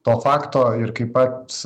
to fakto ir kaip pats